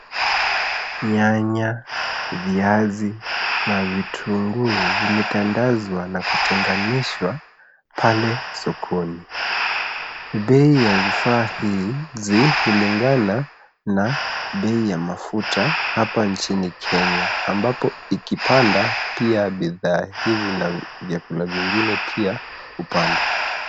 Nyanya, viazi na vitunguu vimetandazwa na kutenganishwa pale sokoni. Bei ya vifaa hizi hulingana na bei ya mafuta hapa nchini Kenya ambapo ikipanda pia bidhaa hivi na vyakula vingine pia hupanda.